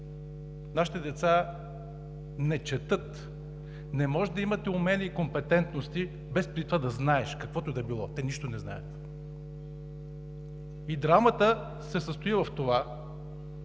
Нашите деца не четат. Не може да имаш умели компетентности, без преди това да знаеш каквото и да било. Те нищо не знаят! И драмата се състои в това…